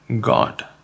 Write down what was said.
God